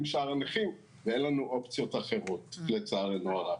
שאר הנכים ואין לנו אופציות אחרות לצערנו הרב.